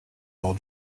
all